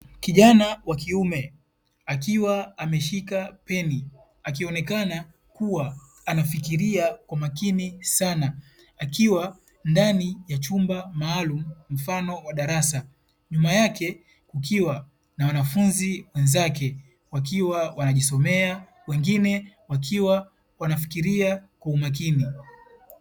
Kijana wa kiume akiwa ameshika peni akionekana kuwa anafikiria kwa makini sana, akiwa ndani ya chumba maalumu mfano wa darasa. Nyuma yake kukiwa na wanafunzi wenzake, wakiwa wanajisomea wengine wakiwa wanafikiria kwa umakini.